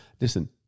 listen